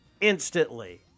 instantly